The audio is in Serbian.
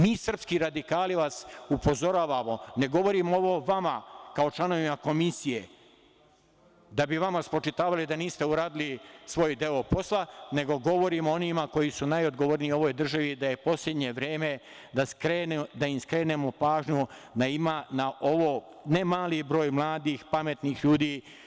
Mi srpski radikali vas upozoravamo, ne govorim ovo vama kao članovima komisije da bi vama spočitavali da niste uradili svoj deo posla, nego govorim onima koji su najodgovorniji u ovoj državi da je poslednje vreme da im skrenemo pažnju na ne mali broj mladih, pametnih ljudi.